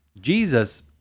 Jesus